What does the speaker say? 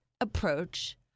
approach